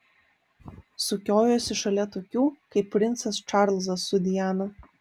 sukiojosi šalia tokių kaip princas čarlzas su diana